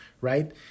Right